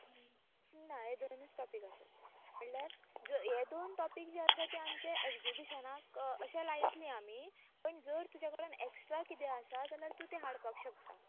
न् ना हे दोनूच टॉपीक आसात म्हणळ्यार जर हे दोन टॉपीक जे आसा ते आमचे एग्जिबिशनाक अशें लायतलीं आमी पूण जर तुज्या कडल्यान एस्ट्रा कितें आसा जाल्यार तूं तें हाडपाक शकता